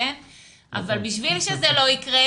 אבל בשביל שזה לא יקרה,